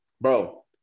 bro